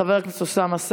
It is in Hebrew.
חבר הכנסת אוסאמה סעדי,